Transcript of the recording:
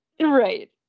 right